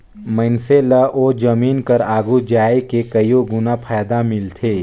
मइनसे ल ओ जमीन कर आघु जाए के कइयो गुना फएदा मिलथे